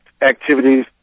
activities